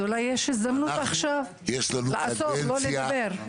אז אולי יש הזדמנות עכשיו לעשות, לא לדבר.